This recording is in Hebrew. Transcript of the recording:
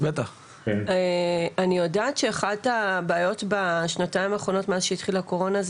אני יודעת שאחת הבעיות בשנתיים האחרונות מאז שהתחילה הקורונה,